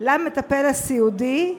למטופל הסיעודי,